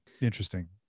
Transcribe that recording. interesting